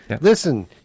Listen